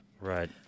Right